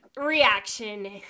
reaction